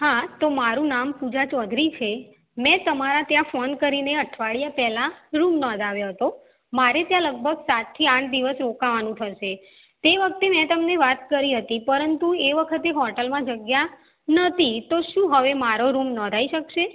હા તો મારું નામ પૂજા ચૌધરી છે મેં તમારા ત્યાં ફોન કરીને અઠવાડિયાં પહેલાં રુમ નોંધાવ્યો હતો મારે ત્યાં લગભગ સાતથી આઠ દિવસ રોકાવાનું થશે તે વખતે મેં તમને વાત કરી હતી પરંતુ એ વખતે હોટલમાં જગ્યા નહોતી તો શું હવે મારો રૂમ નોંધાઈ શકશે